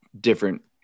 different